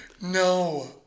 No